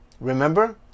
Remember